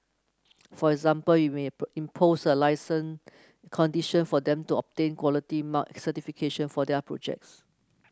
for example you may impose a licence condition for them to obtain Quality Mark certification for their projects